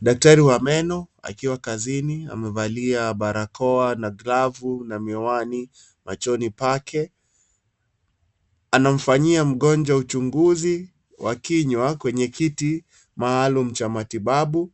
Daktari wa meno akiwa kazini amevalia barakoa na glavu na miwani machoni pake. Anamfanyia mgonjwa uchnguzi wa kinywa kwenye kiti maalum cha matibabu.